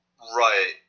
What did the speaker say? Right